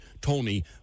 Tony